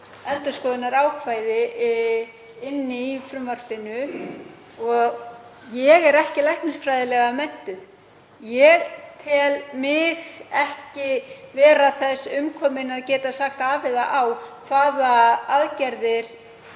endurskoðunarákvæði í frumvarpinu. Ég er ekki læknisfræðilega menntuð og ég tel mig ekki vera þess umkomna að geta sagt til um hvaða aðgerðir